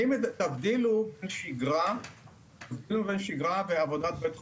תבדילו בין שגרה ועבודת בית חולים.